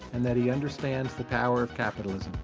and that he understands the power of capitalism.